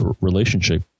relationship